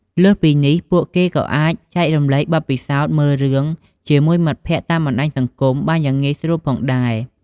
លើសពីនេះ ពួកគេក៏អាចចែករំលែកបទពិសោធន៍មើលរឿងជាមួយមិត្តភក្តិតាមបណ្ដាញសង្គមបានយ៉ាងងាយស្រួលផងដែរ។